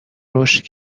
رشد